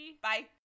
Bye